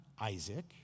Isaac